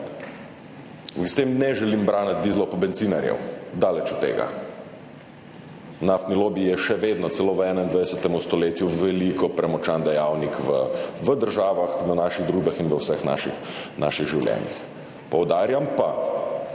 S tem ne želim braniti dizlov in bencinarjev, daleč od tega. Naftni lobi je še vedno, celo v 21. stoletju, veliko premočan dejavnik v državah, v naših družbah in v vseh naših življenjih. Poudarjam pa,